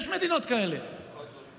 יש מדינות כאלה, תודה.